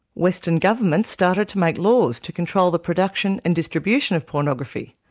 western governments started to make laws to control the production and distribution of pornography,